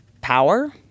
power